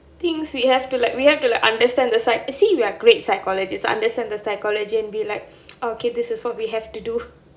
things we have to like we have to like understand the pysch see we are great psychologist understand the psychology and be like okay this is what we have to do